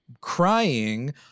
crying